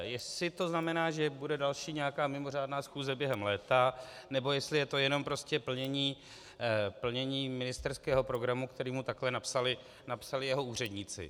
Jestli to znamená, že bude další nějaká mimořádná schůze během léta, nebo jestli je to jenom prostě plnění ministerského programu, který mu takhle napsali jeho úředníci.